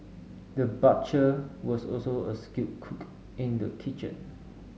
the butcher was also a skilled cook in the kitchen